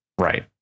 Right